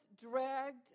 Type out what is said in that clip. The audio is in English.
dragged